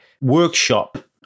workshop